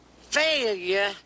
failure